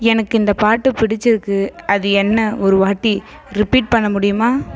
எனக்கு இந்த பாட்டு பிடிச்சிருக்கு அது என்ன ஒருவாட்டி ரிப்பீட் பண்ண முடியுமா